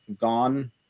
gone